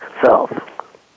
self